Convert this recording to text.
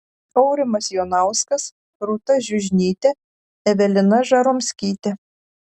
aurimas jonauskas rūta žiužnytė evelina žaromskytė